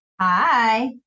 Hi